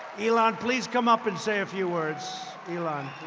elan, please come up and say a few words. elan,